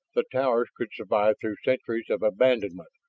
the towers could survive through centuries of abandonment,